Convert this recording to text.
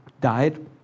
died